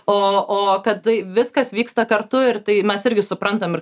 o o kad tai viskas vyksta kartu ir tai mes irgi suprantam ir